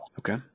Okay